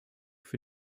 für